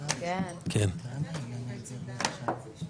כמו שאמרתי מקודם בהערת ביניים,